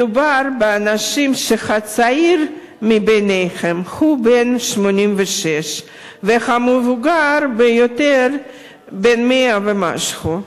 מדובר באנשים שהצעיר בהם הוא בן 86 והמבוגר ביותר בן 100 ומשהו.